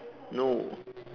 no